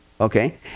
Okay